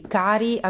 cari